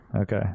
Okay